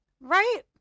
Right